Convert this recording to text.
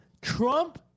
Trump